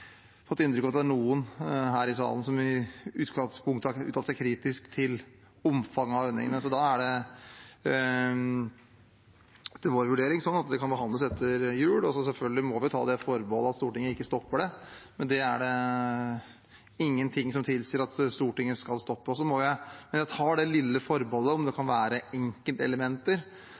inntrykk av at det er noen her i salen som i utgangspunktet har sagt seg kritisk til omfanget av ordningene. Da er det etter vår vurdering sånn at det kan behandles etter jul, og selvfølgelig må vi ta det forbehold at Stortinget ikke stopper det. Men det er ingen ting som tilsier at Stortinget skal stoppe det. Jeg tar det lille forbeholdet om at det kan være enkeltelementer